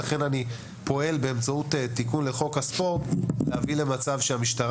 לכן אני פועל באמצעות תיקון לחוק הספורט להביא למצב שהמשטרה